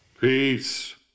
Peace